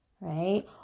right